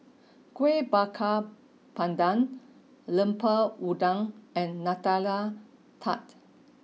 Kueh Bakar Pandan Lemper Udang and Nutella Tart